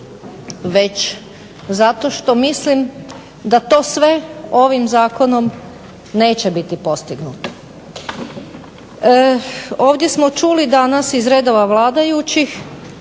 već zato što mislim da to sve ovim zakonom neće biti postignuto. Ovdje smo čuli danas iz redova vladajućih